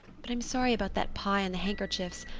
but i'm sorry about that pie and the handkerchiefs.